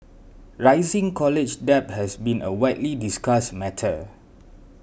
rising college debt has been a widely discussed matter